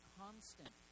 constant